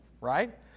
right